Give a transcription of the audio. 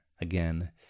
again